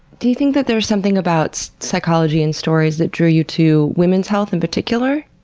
do you think that there's something about psychology and stories that drew you to women's health, in particular?